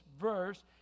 verse